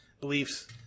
beliefs